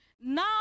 now